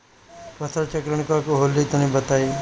फसल चक्रण का होला तनि बताई?